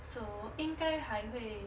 so 应该还会